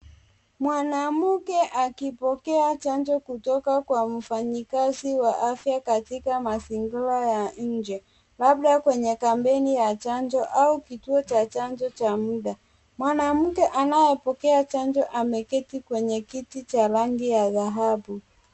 Mwanamke akipokea chanjo kutoka kwa mfanyikazi wa afya katika mazingira ya nje. Labda kwenye kampeni ya chanjo au kituo cha chanjo cha muda. Mwanamke anayepokea chanjo ameketi kwenye kiti cha rangi ya dhahabu.